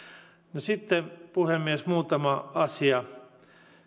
no sitten puhemies muutama asia